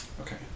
Okay